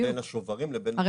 השוברים לבין המעסיקים.